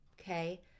okay